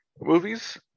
movies